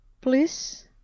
please